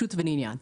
פשוט ולעניין.